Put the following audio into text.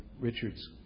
Richard's